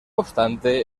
obstante